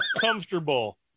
comfortable